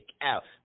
out